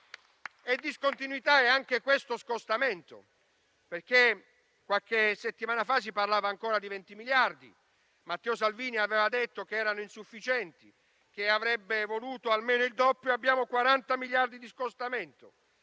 Discontinuità è anche questo scostamento, perché qualche settimana fa si parlava ancora di 20 miliardi. Matteo Salvini aveva detto che erano insufficienti, che avrebbe voluto almeno il doppio e abbiamo 40 miliardi di scostamento